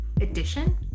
edition